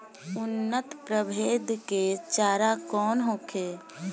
उन्नत प्रभेद के चारा कौन होखे?